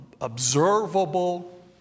observable